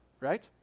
right